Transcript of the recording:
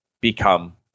become